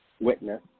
witness